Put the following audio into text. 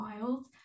wild